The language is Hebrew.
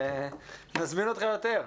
נזמין אותך יותר.